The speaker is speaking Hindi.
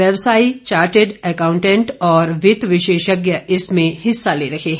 व्यवसायी चार्टर्ड अकाउंटेंट और वित्त विशेषज्ञ इसमें हिस्सा ले रहे हैं